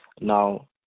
Now